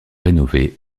rénovée